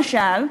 למשל,